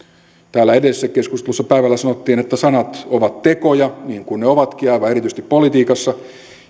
täällä edellisessä keskustelussa päivällä sanottiin että sanat ovat tekoja niin kuin ne ovatkin aivan erityisesti politiikassa